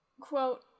quote